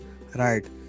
right